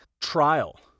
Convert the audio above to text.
trial